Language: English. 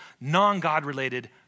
non-God-related